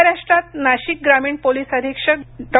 महाराष्ट्रात नाशिक ग्रामीण पोलीस अधीक्षक डॉ